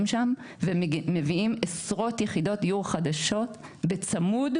שם בעוד מביאים עשרות יחידות דיור חדשות בצמוד,